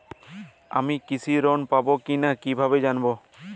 আমি কৃষি ঋণ পাবো কি না কিভাবে জানবো?